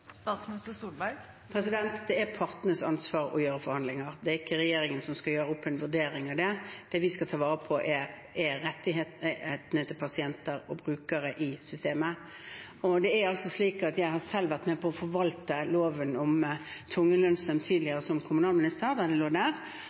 Det er partenes ansvar å gjøre forhandlinger – det er ikke regjeringen som skal gjøre en vurdering av det. Det vi skal ta vare på, er rettighetene til pasienter og brukere i systemet. Nå er det slik at jeg selv har vært med på å forvalte loven om tvungen lønnsnemnd tidligere, som kommunalminister da det lå der,